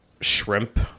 shrimp